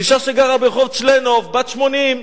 אשה שגרה ברחוב צ'לנוב, בת 80,